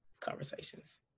conversations